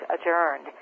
adjourned